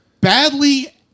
badly